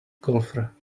golfer